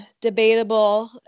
debatable